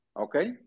Okay